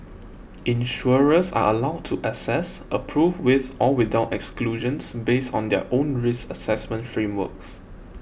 insurers are allowed to assess approve with or without exclusions based on their own risk assessment frameworks